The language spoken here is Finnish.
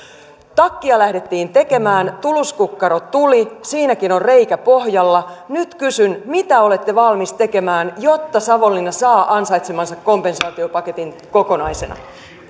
takkia lähdettiin tekemään tuluskukkaro tuli siinäkin on reikä pohjalla nyt kysyn mitä olette valmis tekemään jotta savonlinna saa ansaitsemansa kompensaatiopaketin kokonaisena